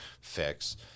fix